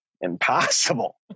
impossible